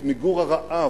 את מיגור הרעב,